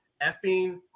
effing